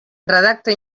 redacta